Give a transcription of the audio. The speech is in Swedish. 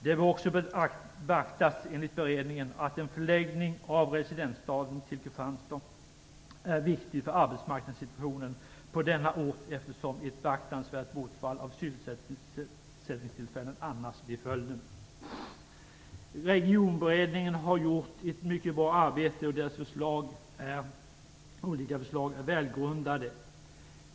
Det bör också beaktas enligt beredningen att en förläggning av residensstaden till Kristianstad är viktig för arbetsmarknadssituationen på denna ort, eftersom ett beaktansvärt bortfall av sysselsättningstillfällen annars blir följden. Regionberedningen har gjort ett mycket bra arbete, och dess olika förslag är välgrundade.